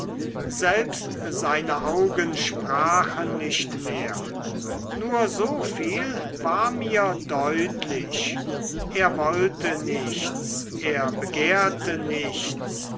selbst seine augen sprachen nicht mehr nur so viel war mir deutlich er wollte nichts er begehrte nichts